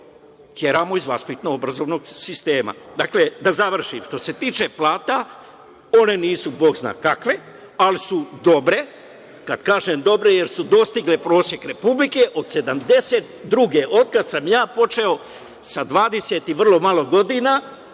teramo iz vaspitno – obrazovnog sistema. Dakle, da završim, što se tiče plata, one nisu Bog zna kakve, ali su dobre. Kad kažem dobre, jer su dostigle prosek Republike. Od 1972. godine, od kad sam ja počeo sa 20 i još malo godina